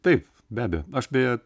taip be abejo beje